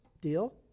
deal